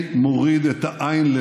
יותר